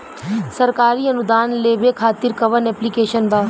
सरकारी अनुदान लेबे खातिर कवन ऐप्लिकेशन बा?